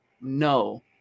no